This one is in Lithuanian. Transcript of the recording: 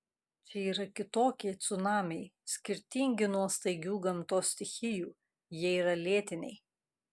čia yra kitokie cunamiai skirtingi nuo staigių gamtos stichijų jie yra lėtiniai